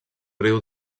riu